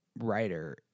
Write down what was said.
writer